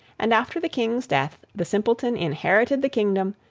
and after the king's death, the simpleton inherited the kingdom,